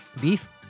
beef